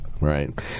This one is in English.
Right